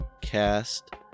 cast